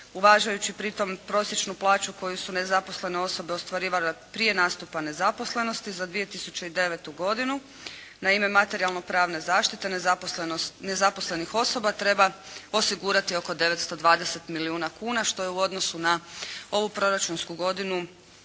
uvažujući pritom prosječnu plaću koju su nezaposlene osobe ostvarivale prije nastupa nezaposlenosti za 2009. godinu na ime materijalno-pravno zaštite nezaposlenih osoba treba osigurati oko 920 milijuna kuna, što je u odnosu na ovu proračunsku godinu